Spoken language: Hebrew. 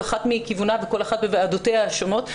כל אחת מכיוונה וכל אחת בוועדותיה השונות.